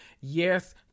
Yes